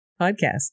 podcast